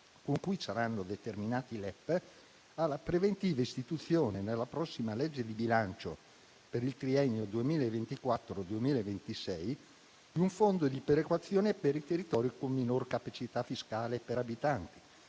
con cui saranno determinati i LEP alla preventiva istituzione nella prossima legge di bilancio per il triennio 2024-2026 di un fondo di perequazione per i territori con minor capacità fiscale per abitante,